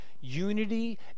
Unity